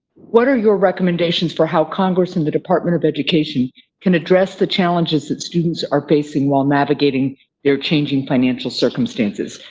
what are your recommendations for how congress and the department of education can address the challenges that students are facing while navigating their changing financial circumstances?